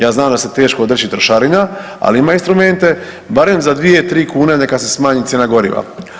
Ja znam da se teško odreći trošarina, ali ima instrumente barem za dvije, tri kune neka se smanji cijena goriva.